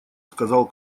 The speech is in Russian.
сказал